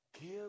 Give